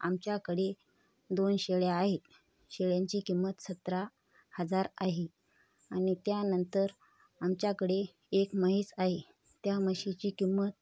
आमच्याकडे दोन शेळ्या आहेत शेळ्यांची किंमत सतरा हजार आहे आनि त्यानंतर आमच्याकडे एक म्हैस आ आहे त्या म्हशीची किंमत